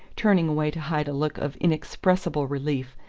turning away to hide a look of inexpressible relief,